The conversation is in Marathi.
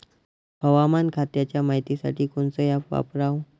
हवामान खात्याच्या मायतीसाठी कोनचं ॲप वापराव?